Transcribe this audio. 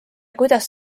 kuidas